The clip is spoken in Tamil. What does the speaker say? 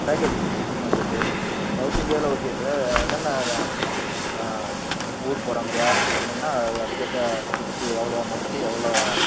பேக்கேஜ் ஓகே சார் சௌத் இந்தியாவில் ஓகே சார் என்னென்ன ஊர் போற மாரியா சொன்னீங்கன்னா அதுக்கு ஏற்ற ட்ரிப்பு எவ்வளோ அமௌண்ட்டு எவ்வளோ